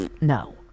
no